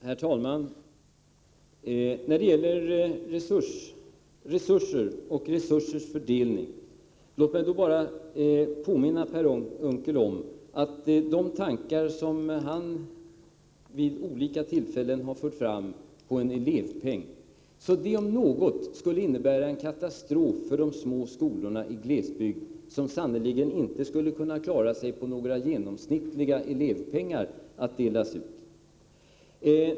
Herr talman! Låt mig när det gäller fördelning av resurser bara påminna Per Unckel om att de tankar på en elevpeng vilka han vid olika tillfällen har fört fram om något skulle innebära en katastrof för de små skolorna i glesbygd, vilka sannerligen inte skulle klara sig på några genomsnittliga elevpengar.